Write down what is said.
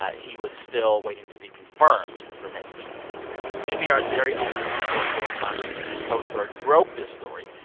he was still waiting to be confirmed for that seat npr's very own supreme court correspondent nina totenberg broke this story,